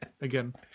Again